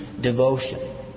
devotion